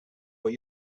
what